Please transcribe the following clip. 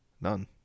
None